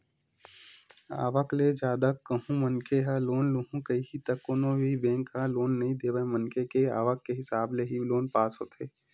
आवक ले जादा कहूं मनखे ह लोन लुहूं कइही त कोनो भी बेंक ह लोन नइ देवय मनखे के आवक के हिसाब ले ही लोन पास होथे